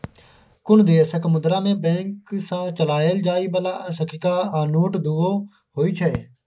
कुनु देशक मुद्रा मे बैंक सँ चलाएल जाइ बला सिक्का आ नोट दुओ होइ छै